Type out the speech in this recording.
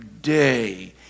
day